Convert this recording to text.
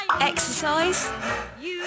Exercise